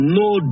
no